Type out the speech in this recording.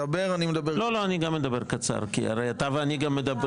לא, אני גם אדבר קצר, כי אתה ואני מדברים גם